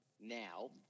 now